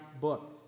book